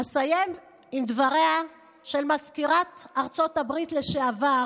אסיים עם דבריה של מזכירת ארצות הברית לשעבר